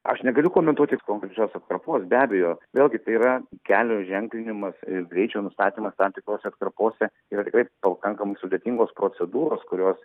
aš negaliu komentuoti konkrečios atkarpos be abejo vėlgi tai yra kelio ženklinimas ir greičio nustatymas tam tikrose atkarpose yra tirkai pakankamai sudėtingos procedūros kurios